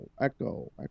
echo